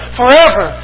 forever